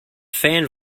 fan